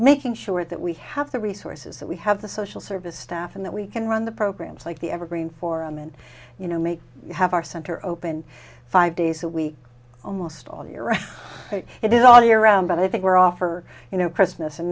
making sure that we have the resources that we have the social service staff and that we can run the programs like the evergreen forum and you know make you have our center open five days a week almost all year round it all year round but i think we're off for you know christmas and